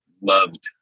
loved